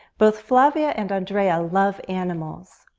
both flavia and andreia love animals.